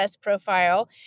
profile